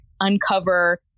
uncover